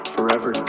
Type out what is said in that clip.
Forever